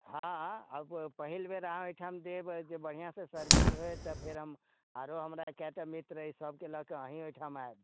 हँ आब पहिल बेर अहाँ ओहिठाम देब जँ बढ़िआँसँ सर्विस भेल तऽ फेर हम आओर हमरा कएकटा मित्र अछि सबके लऽ कऽ अहीँ ओहिठाम आएब